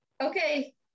Okay